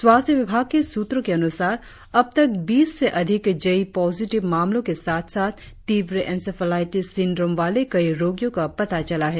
स्वास्थ्य विभाग के सूत्रों के अनुसार अब तक बीस से अधिक जे ई पॉजिटिव मामलों के साथ साथ तीव्र एन्सेफ्लाटिस सिंड्रोम वाले कई रोगियों का पता चला है